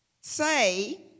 Say